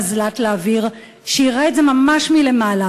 מזל"ט לאוויר שיראה את זה ממש מלמעלה,